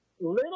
little